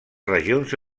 regions